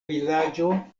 vilaĝo